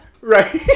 Right